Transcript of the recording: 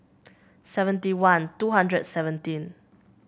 seventy one two hundred seventeen